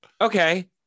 okay